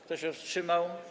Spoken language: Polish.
Kto się wstrzymał?